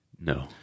No